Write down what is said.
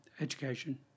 Education